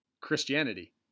Christianity